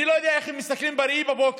אני לא יודע איך הם מסתכלים בראי בבוקר.